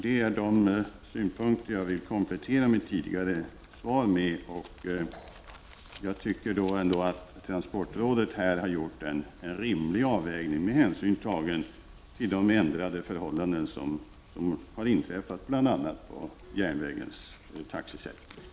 Detta är de synpunkter som jag vill komplettera mitt tidigare svar med. Jag tycker att transportrådet här ändå har gjort en rimlig avvägning med hänsyn tagen till de ändrade förhållanden som har inträffat bl.a. i fråga om järnvägens taxesättning.